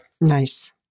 Nice